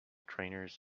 trainers